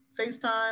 FaceTime